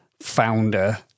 founder